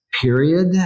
period